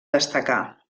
destacar